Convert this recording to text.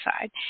side